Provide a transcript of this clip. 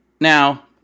now